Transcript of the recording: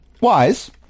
Wise